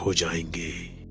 ah janki,